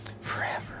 forever